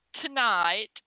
tonight